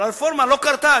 אבל הרפורמה לא קרתה.